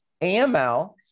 aml